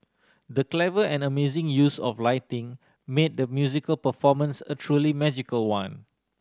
the clever and amazing use of lighting made the musical performance a truly magical one